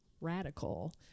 radical